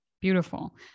Beautiful